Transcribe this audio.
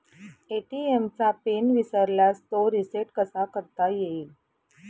ATM चा PIN विसरल्यास तो रिसेट कसा करता येईल?